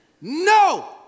No